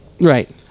Right